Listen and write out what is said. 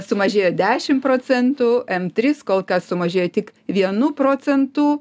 sumažėjo dešim procentų m trys kol kas sumažėjo tik vienu procentu